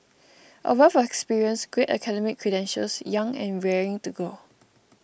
a wealth of experience great academic credentials young and raring to go